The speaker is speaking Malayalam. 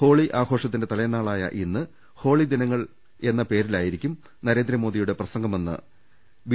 ഹോളി ആഘോഷത്തിന്റെ തലേനാളായഇന്ന് ഹോളി ദിനങ്ങൾ എന്ന പേരി ലായിരിക്കും നരേന്ദ്രമോദിയുടെ പ്രസ്ംഗമെന്ന് ബി